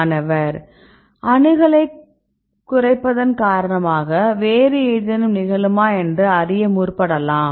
மாணவர் அணுகலைக் குறைப்பதன் காரணமாக வேறு ஏதேனும் நிகழுமா என்று அறிய முற்படலாம்